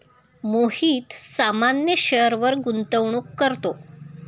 मोहित सामान्य शेअरवर गुंतवणूक करतो